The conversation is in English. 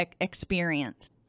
experience